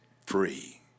free